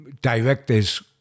director's